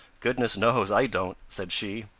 goodness knows i don't, said she.